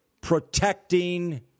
protecting